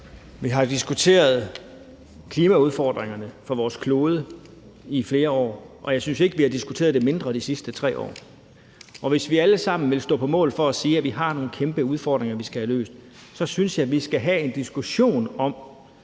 Vi har jo diskuteret klimaudfordringerne for vores klode i flere år, og jeg synes ikke, vi har diskuteret det mindre de sidste 3 år. Hvis vi alle sammen vil stå på mål for at sige, at vi har nogle kæmpe udfordringer, vi skal have løst, synes jeg, vi skal have en diskussion om,